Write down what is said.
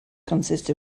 consist